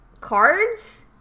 cards